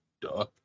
duh